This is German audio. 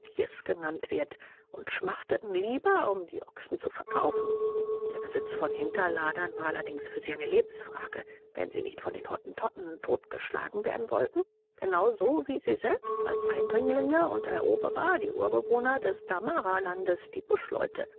genannt wird und schmachteten lieber um die ochsen zu verkaufen der besitz von hinterladern war allerdings für sie eine lebensfrage wenn sie nicht von den hottentotten totgeschlagen werden wollten genau so wie sie selbst als eindringlinge und eroberer die urbewohner des damaralandes die